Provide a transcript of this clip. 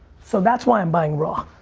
so that's why i'm buying raw.